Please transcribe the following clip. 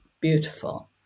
beautiful